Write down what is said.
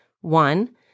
One